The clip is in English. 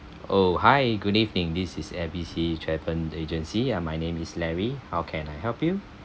oh hi good evening this is A_B_C travel agency and my name is larry how can I help you